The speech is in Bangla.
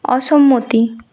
অসম্মতি